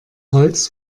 holz